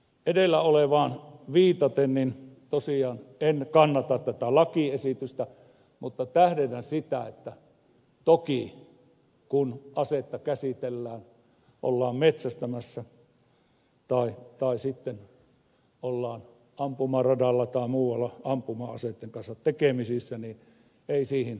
edellä olevaan viitaten tosiaan en kannata tätä lakiesitystä mutta tähdennän sitä että kun asetta käsitellään ollaan metsästämässä tai sitten ollaan ampumaradalla tai muualla ampuma aseitten kanssa tekemisissä ei siihen alkoholi toki kuulu